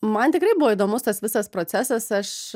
man tikrai buvo įdomus tas visas procesas aš